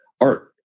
art